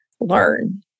learn